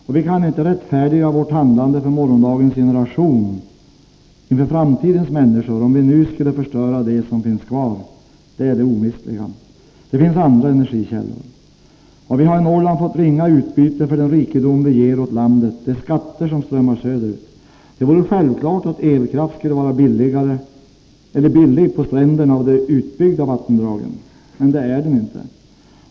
Och vi kan inte rättfärdiga vårt handlande inför morgondagens generation, inför framtidens människor, om vi nu skulle förstöra det som finns kvar. Det är det omistliga. Det finns andra energikällor. Och vi i Norrland har fått ringa utbyte för den rikedom vi ger åt landet, för de skatter som strömmar söderut. Det vore självklart att elkraft skulle vara billig på stränderna av de utbyggda vattendragen. Men det är den inte.